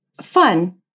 Fun